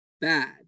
bad